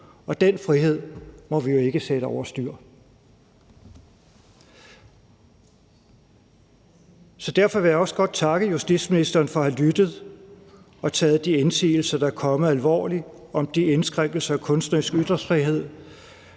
og den frihed må vi ikke sætte over styr. Derfor vil jeg også godt takke justitsministeren for at have lyttet og taget de indsigelser, der er kommet, alvorligt om de indskrænkelser af kunstnerisk ytringsfrihed,